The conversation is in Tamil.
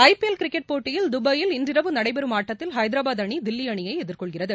ஐபிஎல் கிரிக்கெட் போட்டியில் துபாயில் இன்று இரவு நடைபெறும் ஆட்டத்தில் ஐதராபாத் அணி தில்லி அணியை எதிர்கொள்கிறது